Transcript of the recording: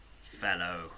fellow